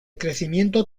crecimiento